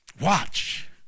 Watch